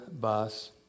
bus